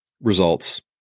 results